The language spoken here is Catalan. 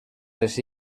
les